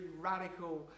radical